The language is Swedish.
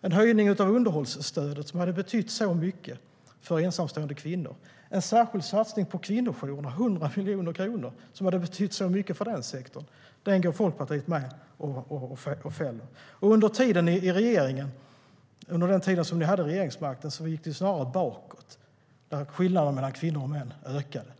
en höjning av underhållsstödet som hade betytt så mycket för ensamstående kvinnor, en särskild satsning på kvinnojourerna, 100 miljoner kronor, som hade betytt så mycket för den sektorn. Den budgeten var Folkpartiet med och fällde. Under den tid som ni hade regeringsmakten gick det snarare bakåt, och skillnaderna mellan kvinnor och män ökade.